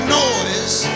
noise